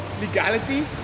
legality